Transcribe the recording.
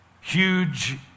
huge